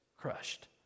crushed